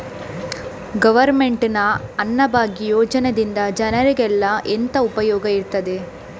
Government ನ ಅನ್ನಭಾಗ್ಯ ಯೋಜನೆಯಿಂದ ಜನರಿಗೆಲ್ಲ ಎಂತ ಉಪಯೋಗ ಇರ್ತದೆ?